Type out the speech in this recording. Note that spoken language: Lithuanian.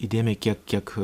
įdėmiai kiek kiek